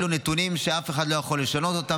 אלו נתונים שאף אחד לא יכול לשנות אותם.